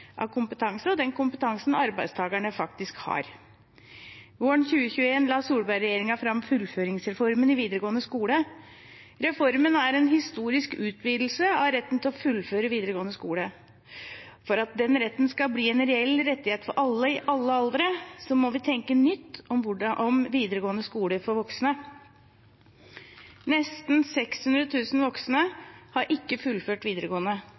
av kompetanse, og den kompetansen arbeidstakerne faktisk har. Våren 2021 la Solberg-regjeringen fram fullføringsreformen i videregående skole. Reformen er en historisk utvidelse av retten til å fullføre videregående skole. For at den retten skal bli en reell rettighet for alle i alle aldre, må vi tenke nytt om videregående skoler for voksne. Nesten 600 000 voksne har ikke fullført videregående.